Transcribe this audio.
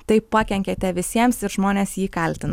taip pakenkiate visiems ir žmonės jį kaltina